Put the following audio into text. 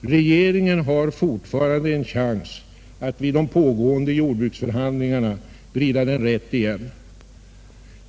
Regeringen har fortfarande en chans att vid de pågående jordbruksförhandlingarna vrida den rätt igen.